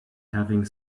having